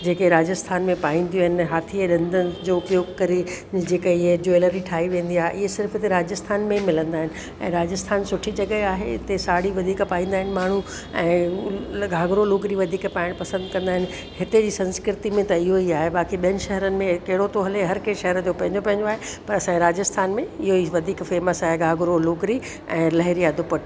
जेके राजस्थान में पाईंदियूं आहिनि हाथीअ ॾंदनि जो उपयोगु करे जेका इहे ज्वेलरी ठाहे वेंदी आहे इहे सिर्फ़ु हिते राजस्थान में ई मिलंदा आहिनि ऐं राजस्थान सुठी जॻहि आहे हिते साढ़ी वधीक पाईंदा आहिनि माण्हू ऐं घाघरो लुगड़ी वधीक पाइण पसंदि कंदा आहिनि हिते जी संस्कृति में त इहो ई आहे बाक़ी ॿियनि शहरनि में कहिड़ो थो हले हर कंहिं शहर जो पंहिंजो पंहिंजो आहे पर असांजे राजस्थान में इहो ई वधीक फेमस आहे घाघरो लुगड़ी ऐं लहरिया दुपटो